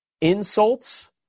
insults